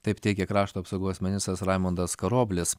taip teigė krašto apsaugos ministras raimundas karoblis